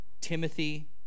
Timothy